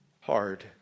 Hard